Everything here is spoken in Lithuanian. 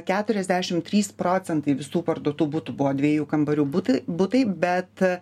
keturiasdešimt trys procentai visų parduotų butų buvo dviejų kambarių butai butai bet